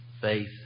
faith